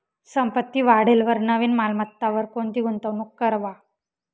संपत्ती वाढेलवर नवीन मालमत्तावर कोणती गुंतवणूक करवा